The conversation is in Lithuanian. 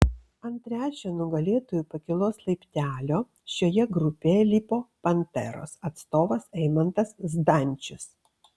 ant trečio nugalėtojų pakylos laiptelio šioje grupėje lipo panteros atstovas eimantas zdančius